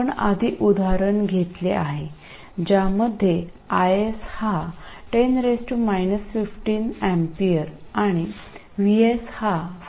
आपण आधी उदाहरण घेतले आहे ज्यामध्ये IS हा 10 15 A आणि VS हा 5